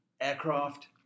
aircraft